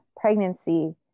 pregnancy